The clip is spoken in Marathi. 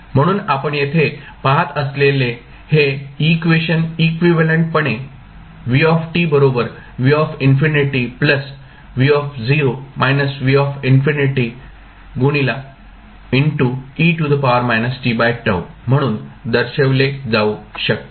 म्हणून आपण येथे पाहत असलेले हे इक्वेशन इक्विव्हॅलेंट पणे म्हणून दर्शविले जाऊ शकते